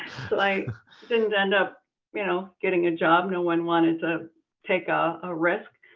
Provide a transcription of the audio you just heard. like so and end up you know getting a job. no one wanted to take ah a risk.